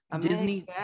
Disney